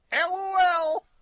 LOL